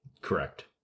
Correct